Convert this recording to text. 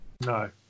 No